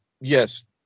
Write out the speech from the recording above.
yes